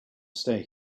stay